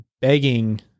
begging